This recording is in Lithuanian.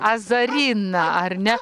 azarina ar ne